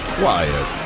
quiet